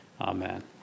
Amen